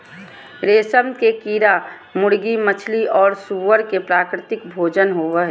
रेशम के कीड़ा मुर्गी, मछली और सूअर के प्राकृतिक भोजन होबा हइ